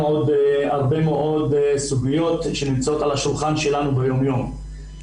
עוד הרבה מאוד סוגיות שנמצאות על השולחן שלנו ביום יום.